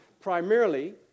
primarily